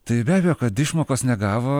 tai be abejo kad išmokos negavo